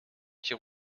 qu’il